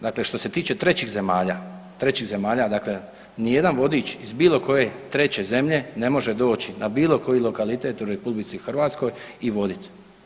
Dakle, što se tiče trećih zemalja, trećih zemalja dakle nijedan vodič iz bilo koje treće zemlje ne može doći na bilo koji lokalitet u RH i vodit.